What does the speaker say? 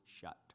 shut